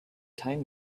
time